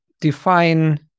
define